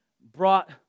brought